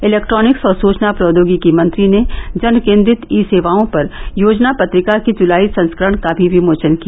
electronics और सूचना प्रौद्योगिकी मंत्री ने जन केन्द्रित ई सेवाओं पर योजना पत्रिका के जुलाई संस्करण का भी विमोचन किया